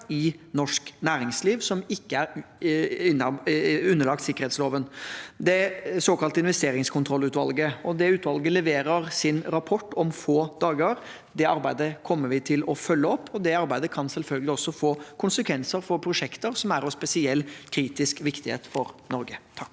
i norsk næringsliv som ikke er underlagt sikkerhetsloven. Det er det såkalte investeringskontrollutvalget. Utvalget leverer sin rapport om få dager. Det arbeidet kommer vi til å følge opp, og det arbeidet kan selvfølgelig også få konsekvenser for prosjekter som er av spesielt kritisk viktighet for Norge.